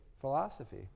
philosophy